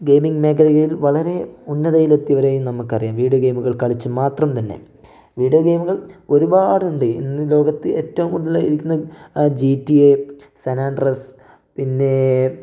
gaming മേഖലയിൽ വളരെ ഉന്നതയിൽ എത്തിയവരെയും നമുക്ക് അറിയാം വീഡിയോ ഗെയിമുകൾ കളിച്ച് മാത്രം തന്നെ വീഡിയോ ഗെയിമുകൾ ഒരുപാടുണ്ട് ഇന്ന് ലോകത്ത് ഏറ്റവും കൂടുതൽ ഇരിക്കുന്ന ആ ജിടിഎ സാൻ ആൻഡ്രിയാസ് പിന്നേ